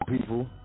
people